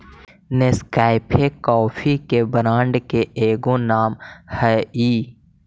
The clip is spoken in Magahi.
नेस्कैफे कॉफी के ब्रांड के एगो नाम हई